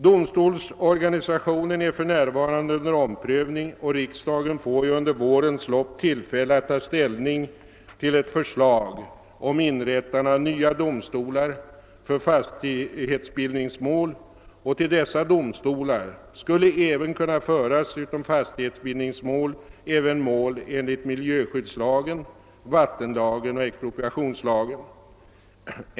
Domstolsorganisationen är för närvarande under omprövning och riksdagen får under vårens lopp tillfälle att ta ställning till ett förslag om inrättande av nya domstolar för fastighetsbildningsmål, och till dessa domstolar skulle kunna föras, utom fastighetsbildningsmål, även mål enligt miljöskyddslagen, vattenlagen och expropriationslagen.